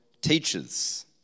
teachers